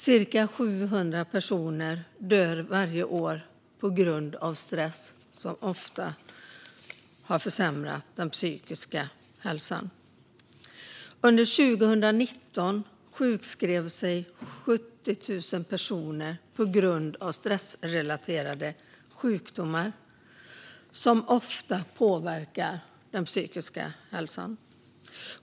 Cirka 700 personer dör varje år på grund av stress, och under 2019 sjukskrev sig 70 000 personer på grund av stressrelaterade sjukdomar, som ofta påverkar den psykiska hälsan.